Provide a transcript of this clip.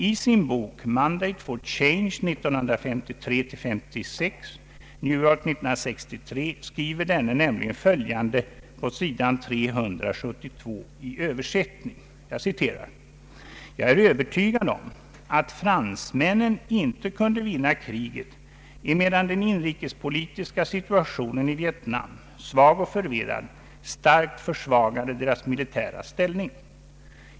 I sin bok ”Mandate For Change 1953—56', New York 1963, skriver denne nämligen följande på s. 372 i översättning: ”Jag är övertygad om att fransmännen inte kunde vinna kriget, emedan den inrikespolitiska situationen i Vietnam, svag och förvirrad, starkt försvagade deras militära ställning.